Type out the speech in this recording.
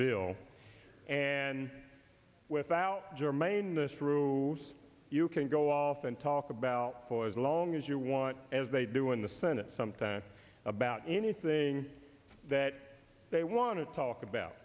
bill and without germane this rules you can go off and talk about for as long as you want as they do in the senate sometimes about anything that they want to talk about